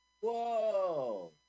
Whoa